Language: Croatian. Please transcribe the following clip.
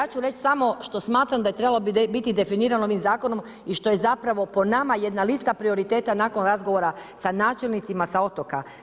Ja ću reći samo što smatram da je trebalo biti definirano ovim zakonom i što je zapravo po nama jedna lista prioriteta nakon razgovora sa načelnicima sa otoka.